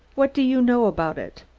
what do you know about it?